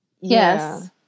Yes